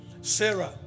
Sarah